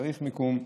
צריך מיקום,